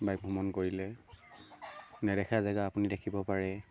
bike ভ্ৰমণ কৰিলে নেদেখা জেগা আপুনি দেখিব পাৰে